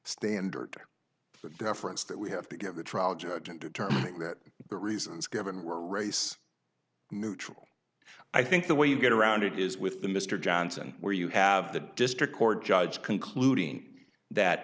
standard that deference that we have to give the trial judge in determining that the reasons given were race neutral i think the way you get around it is with the mr johnson where you have the district court judge concluding that